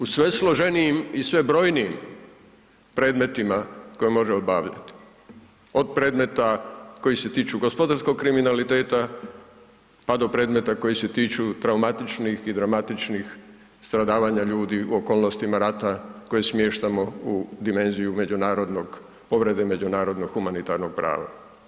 U sve složenijim i sve brojnijim predmetima koje može obavljati, od predmeta koji se tiču gospodarskog kriminaliteta pa do predmeta koji se tiču traumatičnim i dramatičnih stradavanja ljudi u okolnostima rata koje smještamo u dimenziju međunarodnog, povrede međunarodnog humanitarnog prava.